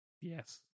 yes